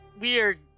weird